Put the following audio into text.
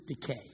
decay